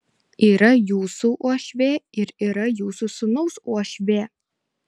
yra jūsų uošvė ir yra jūsų sūnaus uošvė